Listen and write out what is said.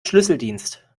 schlüsseldienst